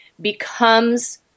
becomes